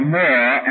more